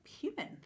human